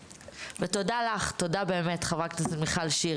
תודה באמת חברת הכנסת מיכל שיר,